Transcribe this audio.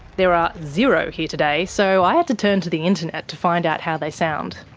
there are zero here today so i had to turn to the internet to find out how they sound